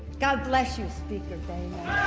god bless you, speaker